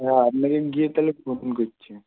হ্যাঁ আপনাকে গিয়ে তাহলে ফোন করছি